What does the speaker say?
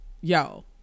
yo